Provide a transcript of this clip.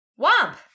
Womp